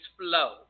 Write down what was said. flow